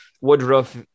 Woodruff